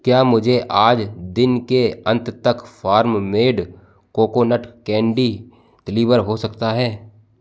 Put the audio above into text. क्या मुझे आज दिन के अंत तक farm made coconut candy deliver हो सकता है